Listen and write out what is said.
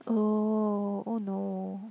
oh oh no